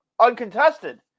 uncontested